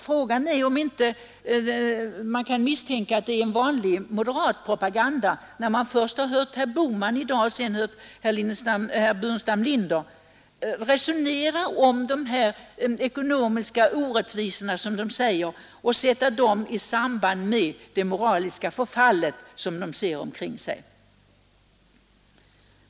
Frågan är om man inte kan misstänka att det är vanlig moderatpropaganda när man först har hört herr Bohman och sedan herr Burenstam Linder resonera om dessa ekonomiska orättvisor, som man säger, och sätta dem i samband med det moraliska förfall som de ser omkring sig.